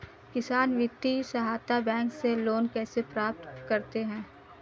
किसान वित्तीय सहायता बैंक से लोंन कैसे प्राप्त करते हैं?